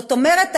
זאת אומרת,